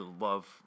love